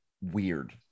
weird